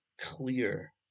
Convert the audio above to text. clear